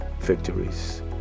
victories